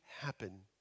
happen